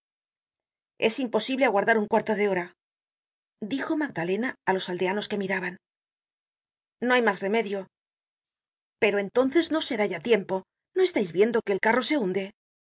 es imposible aguardar un cuarto de hora dijo magdalena á los aldeanos que miraban no hay mas remedio pero entonces no será ya tiempo no estais viendo que el carro se hunde